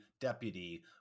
deputy